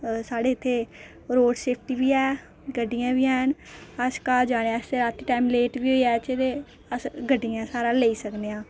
साढ़े इत्थै road safety बी ऐ गड्डियां बी हैन अस घर जाने आस्तै राती टेंम लेट बी होई जाह्चै ते अस गड्डियें दा स्हारा लेई सकने आं